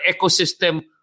ecosystem